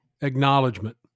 acknowledgement